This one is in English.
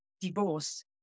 divorced